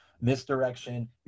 misdirection